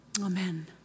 Amen